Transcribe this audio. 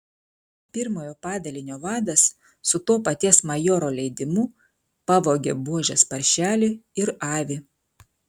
pirmojo padalinio vadas su to paties majoro leidimu pavogė buožės paršelį ir avį